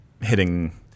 hitting –